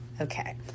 Okay